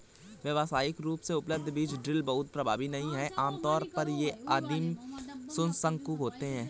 व्यावसायिक रूप से उपलब्ध बीज ड्रिल बहुत प्रभावी नहीं हैं आमतौर पर ये आदिम शंकु होते हैं